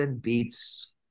beats